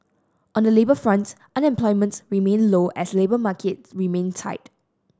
on the labour front unemployment remained low as labour market remained tight